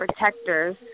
protectors